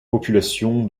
population